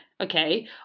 okay